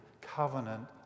covenant